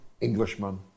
Englishman